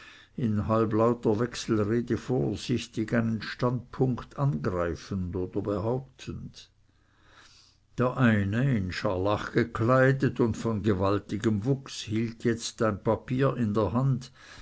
in halblauter wechselrede vorsichtig einen standpunkt angreifend oder behauptend der eine in scharlach gekleidet und von gewaltigem wuchs hielt jetzt ein papier in der hand